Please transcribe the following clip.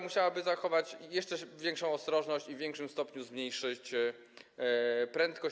Musiałby zachować jeszcze większą ostrożność i w większym stopniu zmniejszyć prędkość.